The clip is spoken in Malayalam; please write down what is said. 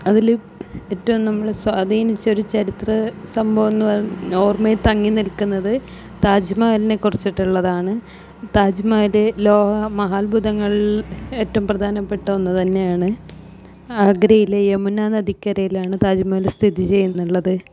അതിൽ ഏറ്റവും നമ്മൾ സ്വാധീനിച്ച ഒരു ചരിത്ര സംഭവമെന്നു പറയുന്നത് ഓർമ്മയിൽ തങ്ങി നിൽക്കുന്നത് താജ്മഹലിനെ കുറിച്ചിട്ടുള്ളതാണ് താജ്മഹൽ ലോക മഹാത്ഭുതങ്ങളിൽ ഏറ്റവും പ്രധാനപ്പെട്ട ഒന്നു തന്നെയാണ് ആഗ്രയിലെ യമുന നദിക്കരയിലാണ് താജ്മഹൽ സ്ഥിതി ചെയ്യുന്നുള്ളത്